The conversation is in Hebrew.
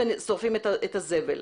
ושורפים את הזבל.